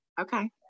Okay